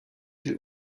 viel